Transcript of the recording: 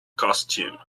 costume